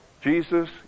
Jesus